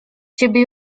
ciebie